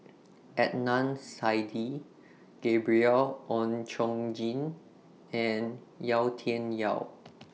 Adnan Saidi Gabriel Oon Chong Jin and Yau Tian Yau